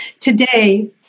Today